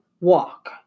walk